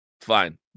Fine